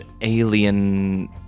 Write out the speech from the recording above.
alien